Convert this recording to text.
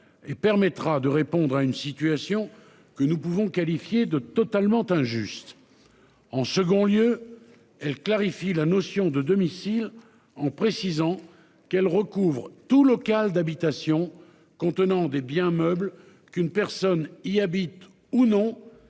et permettra de répondre à une situation que nous pouvons qualifié de totalement injuste. En second lieu elle clarifie la notion de domicile en précisant qu'elle recouvre tout local d'habitation contenant des biens meubles qu'une personne il habite ou non